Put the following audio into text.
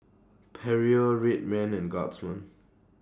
Perrier Red Man and Guardsman